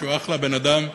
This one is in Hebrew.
שהוא אחלה בן-אדם,